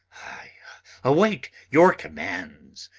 i await your commands,